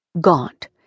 Gaunt